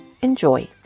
Enjoy